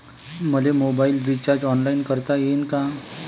मले mobile recharge online करता येईन का?